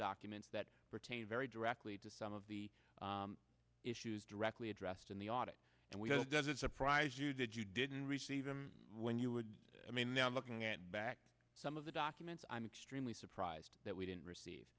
documents that pertain very directly to some of the issues directly addressed in the audit and we have does it surprise you that you didn't receive them when you would i mean now looking at back some of the documents i'm extremely surprised that we didn't receive